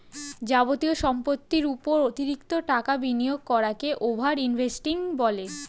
যাবতীয় সম্পত্তির উপর অতিরিক্ত টাকা বিনিয়োগ করাকে ওভার ইনভেস্টিং বলে